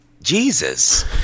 Jesus